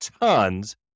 Tons